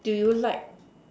do you like